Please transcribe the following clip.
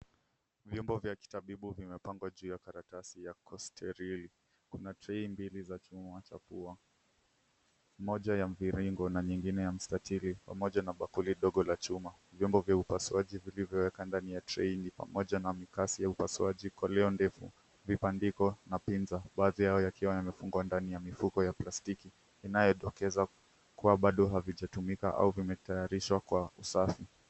Vyombo vya kitabibu vimepangwa juu ya karatasi ya kusterili ,kuna trai mbili za kimwacha pua moja ya mviringo na nyingine ya msatili pamoja na bakuli ndogo la chuma ,vyombo vya upasuaji vilivyoweka ndani ya trai pamoja na mikasi ya upasuaji koleo ndefu , vipandiko na pinza ,baadhi yao yakiona yamefungwa ndani ya mifuko ya plastiki inayodokeza kuwa bado havitatumika au vimetayarishwa kwa usafi.